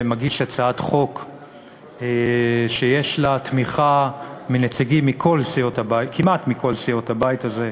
מגיש הצעת חוק שיש לה תמיכה מנציגים כמעט מכל סיעות הבית הזה.